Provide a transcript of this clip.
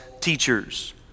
teachers